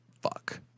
fuck